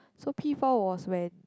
so P-four was when